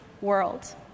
world